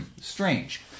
Strange